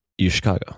UChicago